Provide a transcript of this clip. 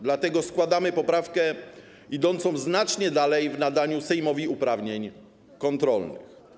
Dlatego składamy poprawkę idącą znacznie dalej w nadaniu Sejmowi uprawnień kontrolnych.